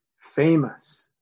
famous